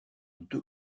deux